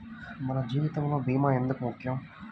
మన జీవితములో భీమా ఎందుకు ముఖ్యం?